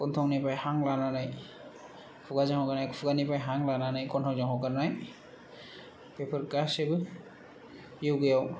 गन्थंनिफ्राय हां लानानै खुगानिफ्राय हगारनाय खुगानिफ्राय हां लानानै गन्थंजों हगारनाय बेफोर गासिबो योगा याव